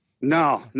No